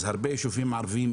אין הרבה יישובים ערביים,